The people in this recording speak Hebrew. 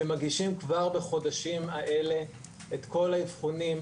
שמגישים כבר בחודשים האלה את כל האפיונים,